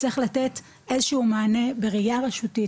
צריך לתת איזשהו מענה בראייה רשותית,